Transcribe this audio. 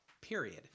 period